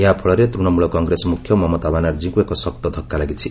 ଏହାଫଳରେ ତୃଣମୂଳ କଂଗ୍ରେସ ମୁଖ୍ୟ ମମତା ବାନାର୍ଜୀଙ୍କୁ ଏକ ଶକ୍ତ ଧକ୍କା ଲାଗିଛି